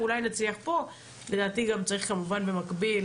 לדעתי צריך כמובן במקביל,